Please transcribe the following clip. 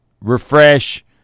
refresh